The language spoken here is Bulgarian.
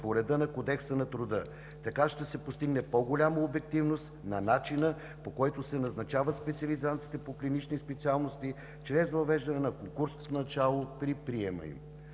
по реда на Кодекса на труда. Така ще се постигне по-голяма обективност на начина, по който се назначават специализантите по клинични специалности чрез въвеждане на конкурсното начало при приема им.